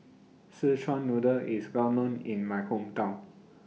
Szechuan Noodle IS Well known in My Hometown